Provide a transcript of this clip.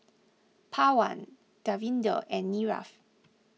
Pawan Davinder and Niraj